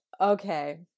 Okay